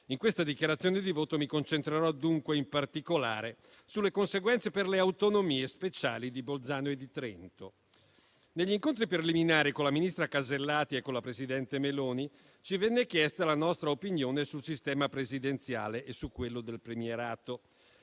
In questa dichiarazione di voto mi concentrerò dunque, in particolare, sulle conseguenze per le autonomie speciali di Bolzano e di Trento. Negli incontri preliminari con il ministro Alberti Casellati e con il presidente Meloni, ci venne chiesta la nostra opinione sul sistema presidenziale e su quello del premierato.